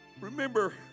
remember